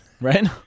Right